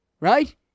right